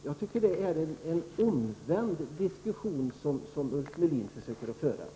Jag tycker att Ulf Melin försöker att föra en omvänd diskussion,